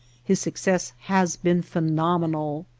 his success has been phenomenal.